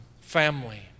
family